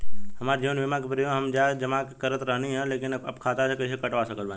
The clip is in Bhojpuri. हमार जीवन बीमा के प्रीमीयम हम जा के जमा करत रहनी ह लेकिन अब खाता से कइसे कटवा सकत बानी?